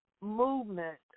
movement